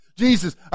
Jesus